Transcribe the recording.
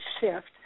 shift